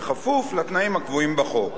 כפוף לתנאים הקבועים בחוק.